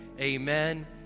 amen